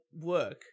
work